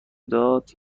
داد